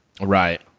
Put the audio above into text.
Right